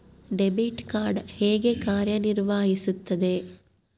Debit card ಹೇಗೆ ಕಾರ್ಯನಿರ್ವಹಿಸುತ್ತದೆ?